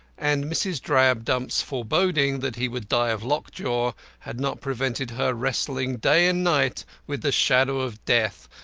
and mrs. drabdump's foreboding that he would die of lockjaw had not prevented her wrestling day and night with the shadow of death,